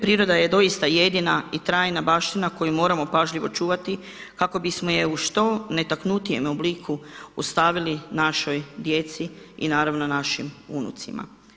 Priroda je doista jedina i trajna baština koju moramo pažljivo čuvati kako bismo je u što netaknutijem obliku ostavili našoj djeci i naravno našim unucima.